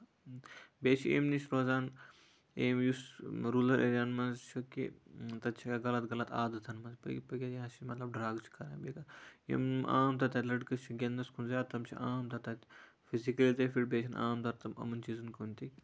بیٚیہِ چھِ اَمہِ نِش روزان یِم یُس روٗلر ایریازَن منٛز چھُ کہِ تَتہِ چھُ غلط غلط عادَتن منٛز چھِ مطلب ڈرگ چھِ کران یِم عام طور تَتہِ لٔڑکہٕ چھِ گِندنَس کُن زیاد تِم چھِ عام طور تَتہِ فِزِکٔلی تہِ فِٹ بیٚیہِ چھُنہٕ عام پور تِم یِمَن چیٖزَن کُن تہِ